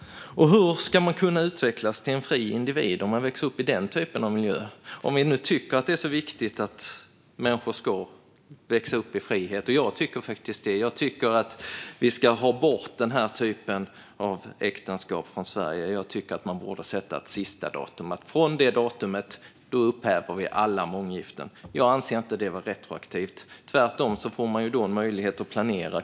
Hur ska man kunna utvecklas till en fri individ om man växer upp i den typen av miljö - om vi nu tycker att det är viktigt att människor växer upp i frihet? Jag tycker faktiskt det. Jag tycker att vi ska få bort den här typen av äktenskap från Sverige. Jag tycker att man borde sätta ett sistadatum och säga att vi från det datumet upphäver alla månggiften. Jag anser inte det vara retroaktivt, utan tvärtom får människor då möjlighet att planera.